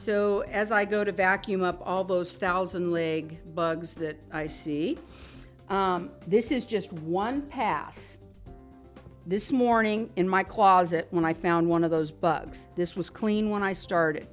so as i go to vacuum up all those thousand legged bugs that i see this is just one pass this morning in my closet when i found one of those bugs this was clean when i